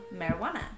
Marijuana